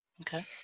Okay